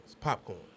popcorn